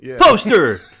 Poster